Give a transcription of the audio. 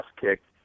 kicked